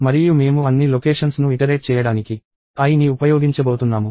మరియు మేము అన్ని లొకేషన్స్ ను ఇటరేట్ చేయడానికి i ని ఉపయోగించబోతున్నాము